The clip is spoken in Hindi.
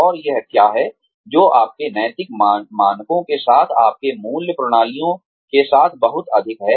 और यह क्या है जो आपके नैतिक मानकों के साथ आपके मूल्य प्रणालियों के साथ बहुत अधिक है